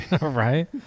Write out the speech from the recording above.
Right